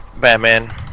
Batman